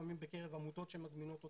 לפעמים בקרב עמותות שמזמינות אותנו.